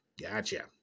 Gotcha